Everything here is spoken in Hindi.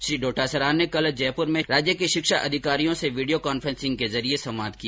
श्री डोटासरा ने कल जयप्र में राज्य के शिक्षा अधिकारियों से विडियो कॉन्फ्रेन्स के जरिए संवाद किया